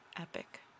epic